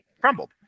crumbled